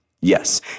Yes